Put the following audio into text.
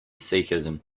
sikhism